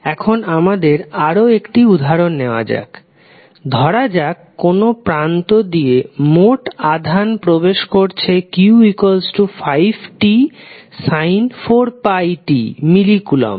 এখন আমাদের আরও একটি উদাহরণ নেওয়া যাক ধরাযাক কোনো প্রান্ত দিয়ে মোট আধান প্রবেশ করছে q5tsin 4πt মিলি কুলম্ব